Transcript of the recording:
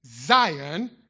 Zion